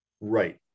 Right